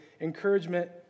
Encouragement